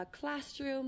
classroom